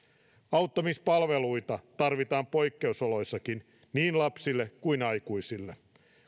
auttamispalveluita tarvitaan poikkeusoloissakin niin lapsille kuin aikuisille